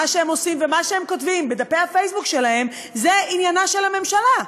מה שהם עושים ומה שהם כותבים בדפי הפייסבוק שלהם זה עניינה של הממשלה.